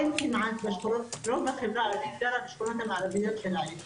אין כמעט רוב החברה הערבית גרה בשכונות המערביות של העיר.